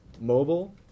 mobile